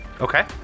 Okay